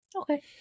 Okay